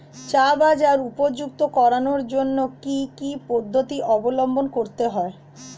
চা বাজার উপযুক্ত করানোর জন্য কি কি পদ্ধতি অবলম্বন করতে হয়?